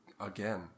again